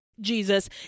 Jesus